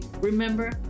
remember